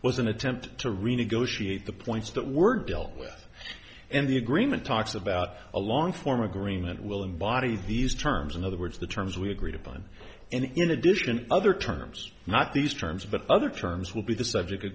was an attempt to renegotiate the points that were dealt with and the agreement talks about a long form agreement will embody these terms in other words the terms we agreed upon and in addition other terms not these terms but other terms will be the subject